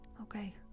Okay